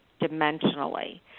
Dimensionally